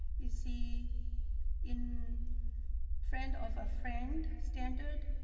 you see in friend of a friend standard,